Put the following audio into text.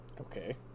Okay